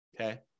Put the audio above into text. Okay